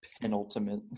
penultimate